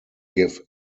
give